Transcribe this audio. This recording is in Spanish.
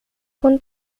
con